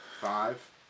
Five